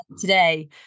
today